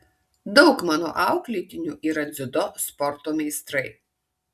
daug mano auklėtinių yra dziudo sporto meistrai